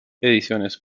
ediciones